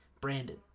brandon